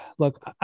Look